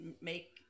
make